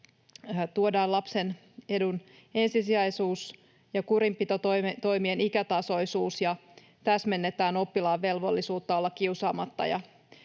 tuodaan lapsen edun ensisijaisuus ja kurinpitotoimien ikätasoisuus ja täsmennetään oppilaan velvollisuutta olla kiusaamatta